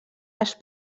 les